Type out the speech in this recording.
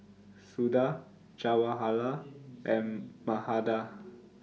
Suda Jawaharlal and Mahade